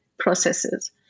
processes